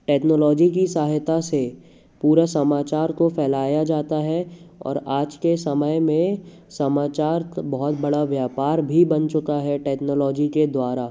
technology की सहायता से पूरा समाचार को फैलाया जाता है और आज के समय में समाचार बहुत बड़ा व्यपार भी बन चुका है टेक्नोलॉजी के द्वारा